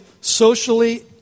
socially